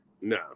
No